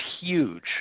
huge